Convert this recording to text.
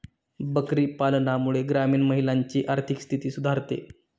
बकरी पालनामुळे ग्रामीण महिलांची आर्थिक स्थिती सुधारते